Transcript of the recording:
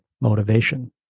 motivation